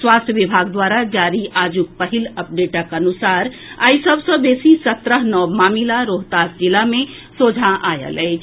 स्वास्थ्य विभाग द्वारा जारी आजुक पहिल अपडेटक अनुसार आइ सभ सऽ बेसी सत्रह नव मामिला रोहतास जिला मे सोझा आयल अछि